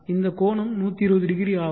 இந்த கோணம் 1200 ஆகும்